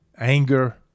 anger